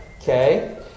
Okay